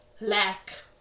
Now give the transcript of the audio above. lack